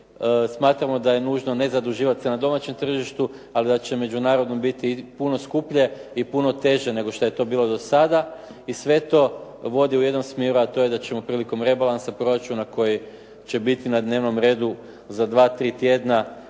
smatramo da je nužno ne zaduživat se na domaćem tržištu, ali da će međunarodnom biti puno skuplje i puno teže nego što je to bilo do sada i sve to vodi u jednom smjeru, a to je da ćemo prilikom rebalansa proračuna koji će biti na dnevnom redu za 2, 3 tjedna